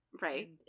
Right